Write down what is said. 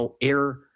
air